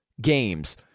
games